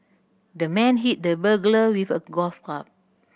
the man hit the burglar with a golf club